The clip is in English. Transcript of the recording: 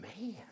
man